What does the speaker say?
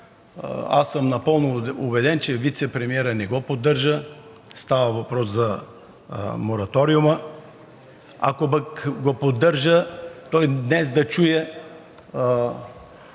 аз съм напълно убеден, че вицепремиерът не го поддържа, става въпрос за мораторума, ако пък го поддържа, той днес да чуе